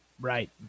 Right